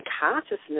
consciousness